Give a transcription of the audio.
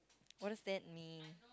what does that mean